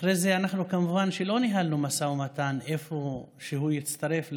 אחרי זה אנחנו כמובן שלא ניהלנו משא ומתן לאיפה הוא יצטרף,